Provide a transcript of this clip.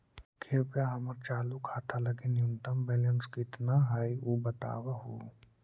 कृपया हमर चालू खाता लगी न्यूनतम बैलेंस कितना हई ऊ बतावहुं